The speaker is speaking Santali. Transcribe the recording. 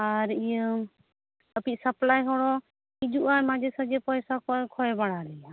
ᱟᱨ ᱤᱭᱟᱹ ᱟᱯᱮᱤᱡ ᱥᱟᱯᱷᱟᱞᱟᱭ ᱦᱚᱲ ᱦᱚᱸ ᱦᱤᱡᱩᱜ ᱟᱭ ᱢᱟᱡᱷᱮ ᱥᱟᱡᱮ ᱯᱚᱭᱥᱟ ᱠᱚᱭ ᱠᱷᱚᱭ ᱵᱟᱲᱟ ᱞᱮᱭᱟ